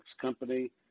company